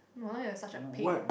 no wonder you're such a pig